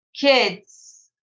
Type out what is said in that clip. kids